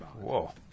Whoa